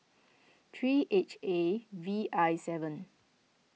three H A V I seven